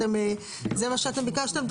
זה מה שאתם ביקשתם,